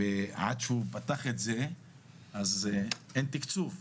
ועד שהוא פתח את זה אז אין תיקצוב,